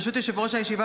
ברשות יושב-ראש הישיבה,